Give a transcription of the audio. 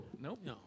Nope